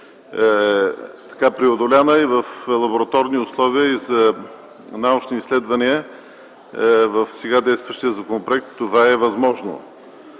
беше преодоляна, и в лабораторни условия и за научни изследвания в сега действащия законопроект това е възможно.